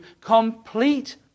complete